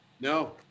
No